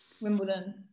wimbledon